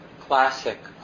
classic